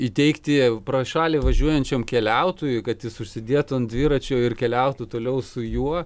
įteikti pro šalį važiuojančiam keliautojui kad jis užsidėtų ant dviračio ir keliautų toliau su juo